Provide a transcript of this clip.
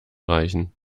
reichen